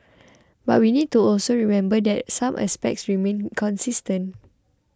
but we need to also remember that some aspects remain consistent